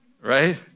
right